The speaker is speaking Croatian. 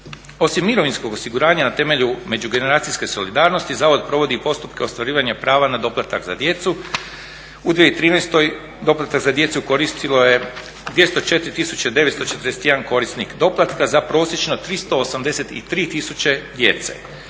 Osim mirovinskog osiguranja na temelju međugeneracijske solidarnosti zavod provodi postupke ostvarivanja prava na doplatak za djecu. U 2013. doplatak za djecu koristilo je 204 tisuće 941 korisnik doplatka za prosječno 383 tisuće djece.